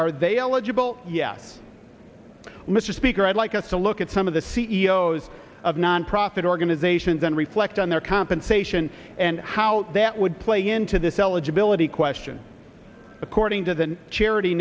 are they eligible yet mr speaker i'd like a a look at some of the c e o s of nonprofit organizations and reflect on their compensation and how that would play into this eligibility question according to the charity